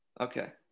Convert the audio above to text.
Okay